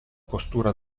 postura